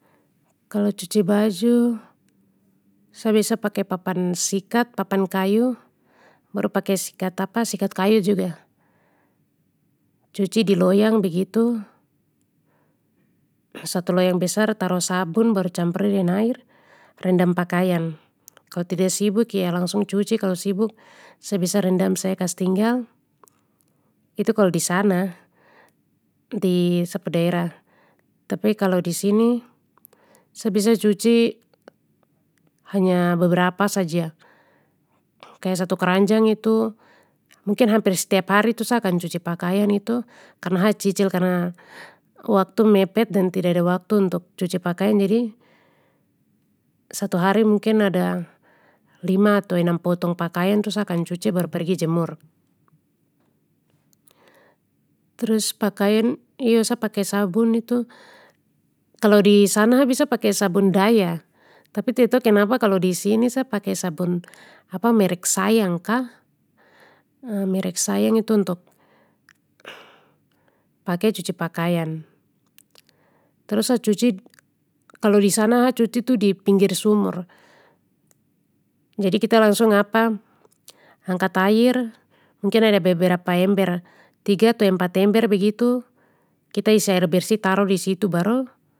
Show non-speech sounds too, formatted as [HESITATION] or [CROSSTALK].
Kalo cuci baju, sa biasa pake papan sikat papan kayu, baru pake sikat [HESITATION] sikat kayu juga. Cuci di loyang begitu, satu loyang besar taruh sabun baru campur de deng air, rendam pakaian, kalo tida sibuk yang langsung cuci kalo sibuk sa biasa rendam saja kas tinggal, itu kaau disana, di sa pu daerah. Tapi kalo disini, sa biasa cuci, hanya beberapa saja, kaya satu keranjang itu mungkin hampir stiap hari itu sa akan cuci pakaian itu karna ha cicil karna waktu mepet dan tidada waktu untuk cuci pakaian jadi, satu hari mungkin ada, lima atau enam potong pakaian sa akan cuci baru pergi jemur. Terus pakaian iyo sa pake sabun itu, kalo disana ha biasa pake sabun daya tapi tida tahu kenapa kalo disini sa pake sabun [HESITATION] merek sayang kah, merek sayang itu untuk, pake cuci pakaian, terus sa cuci, kalau disana ha cuci tu di pinggr sumur. Jadi kita langsung [HESITATION] angkat air, mungkin ada beberapa ember, tiga atau empat ember begitu, kita isi air bersih taruh disitu baru.